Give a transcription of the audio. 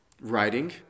Writing